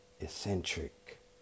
eccentric